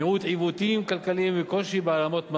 מיעוט עיוותים כלכליים וקושי בהעלמות מס.